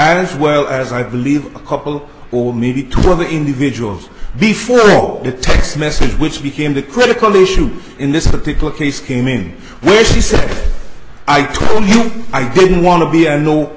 as well as i believe a couple or maybe two of the individuals before all the text messages which became the critical issue in this particular case came in which she said i told you i didn't want to be a no